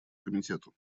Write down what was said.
комитету